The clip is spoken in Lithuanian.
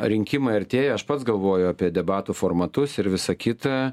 rinkimai artėja aš pats galvoju apie debatų formatus ir visa kita